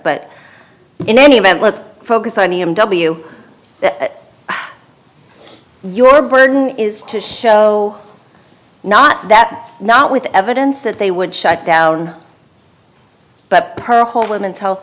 but in any event let's focus on e m w your burden is to show not that not with evidence that they would shut down but per hope women's health